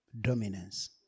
dominance